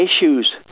issues